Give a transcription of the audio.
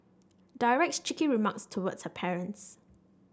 directs cheeky remarks towards her parents